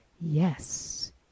Yes